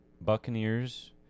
Buccaneers